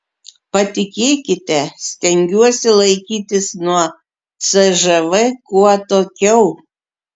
patikėkite stengiuosi laikytis nuo cžv kuo atokiau